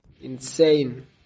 Insane